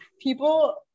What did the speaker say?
people